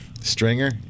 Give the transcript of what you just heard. stringer